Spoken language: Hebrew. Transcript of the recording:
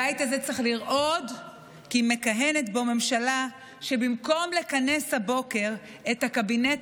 הבית הזה צריך לרעוד כי מכהנת בו ממשלה שבמקום לכנס הבוקר את הקבינט